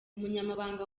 umunyamabanga